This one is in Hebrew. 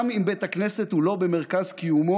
גם אם בית הכנסת הוא לא במרכז קיומו,